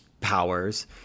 powers